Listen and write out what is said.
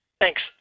Thanks